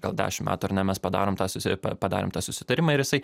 gal dešim metų ar ne mes padarom tą susi padarėm tą susitarimą ir jisai